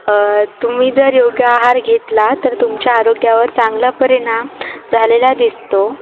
तुम्ही जर योग्य आहार घेतला तर तुमच्या आरोग्यावर चांगला परिणाम झालेला दिसतो